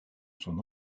son